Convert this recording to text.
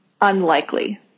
unlikely